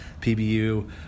PBU